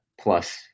plus